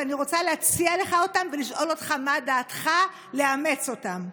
ואני רוצה להציע לך אותם ולשאול אותך מה דעתך לאמץ אותם.